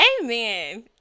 Amen